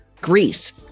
Greece